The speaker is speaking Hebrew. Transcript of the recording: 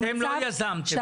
אתם לא יזמתם?